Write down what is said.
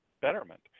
betterment